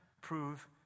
prove